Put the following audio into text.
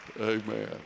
Amen